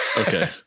Okay